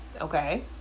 okay